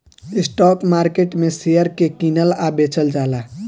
stock market में share के कीनल आ बेचल जाला